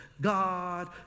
God